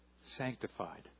sanctified